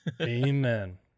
Amen